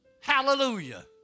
Hallelujah